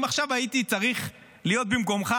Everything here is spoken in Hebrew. אם עכשיו הייתי צריך להיות במקומך,